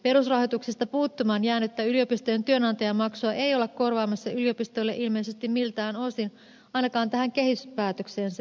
perusrahoituksesta puuttumaan jäänyttä yliopistojen työnantajamaksua ei olla korvaamassa yliopistoille ilmeisesti miltään osin ainakaan tähän kehyspäätökseen se ei sisälly